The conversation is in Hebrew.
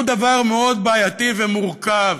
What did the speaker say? זה דבר מאוד בעייתי ומורכב.